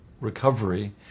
recovery